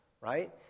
right